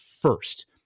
first